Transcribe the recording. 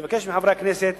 אני מבקש מחברי הכנסת